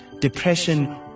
depression